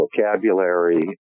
vocabulary